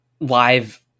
live